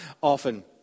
often